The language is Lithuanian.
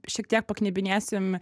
šiek tiek paknibinėsim